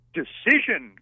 decision